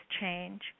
change